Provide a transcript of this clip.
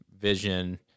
vision